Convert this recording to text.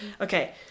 okay